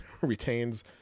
retains